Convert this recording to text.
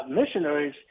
missionaries